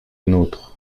nôtres